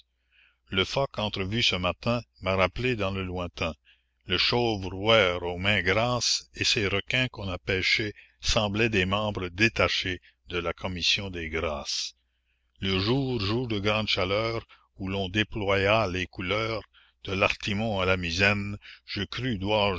le phoque entrevu ce matin m'a rappelé dans le lointain le chauve rouher aux mains grasses et ces requins qu'on a pêchés semblaient des membres détachés de la commission des grâces le jour jour de grandes chaleurs où l'on déploya les couleurs de l'artimon à la misaine je crus